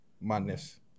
Madness